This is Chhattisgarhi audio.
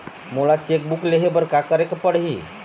मोला चेक बुक लेहे बर का केरेक पढ़ही?